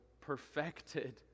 perfected